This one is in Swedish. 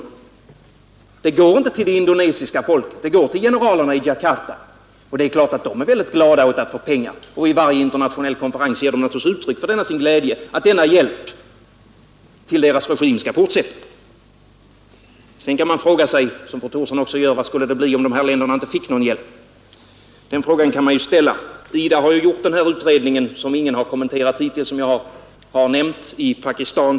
Pengarna går inte till det indonesiska folket — de går till generalerna i Djakarta, och det är klart att de är väldigt glada åt att få pengar och vid varje internationell konferens ger de naturligtvis uttryck för sin glädje och vill att denna hjälp till deras regimer skall fortsätta. Man kan fråga sig, som fru Thorsson också gör: Hur skulle det bli om de här länderna inte fick någon hjälp? IDA har ju gjort en utredning i Pakistan som jag nämnde men som ingen hittills har kommenterat.